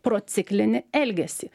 prociklinį elgesį